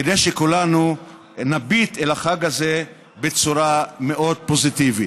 כדי שכולנו נביט אל החג הזה בצורה מאוד פוזיטיבית.